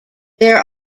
there